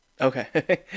Okay